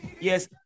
yes